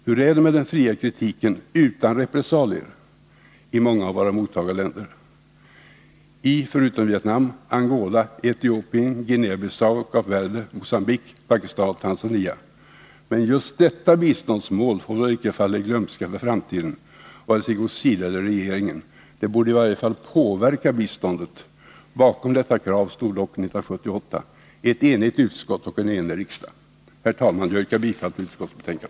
Hur är det med den fria kritiken utan repressalier i många av våra mottagarländer, i förutom Vietnam, Angola, Etiopien, Guinea Bissau, Kap Verde, Mogambique, Pakistan och Tanzania. Det borde i varje fall påverka biståndet. Bakom detta krav stod dock år 1978 ett enigt utskott och en enig riksdag. Herr talman! Jag yrkar bifall till utskottets hemställan.